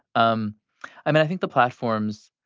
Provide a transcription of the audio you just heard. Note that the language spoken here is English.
um i and i think the platforms,